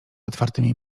otwartymi